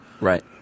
Right